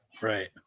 Right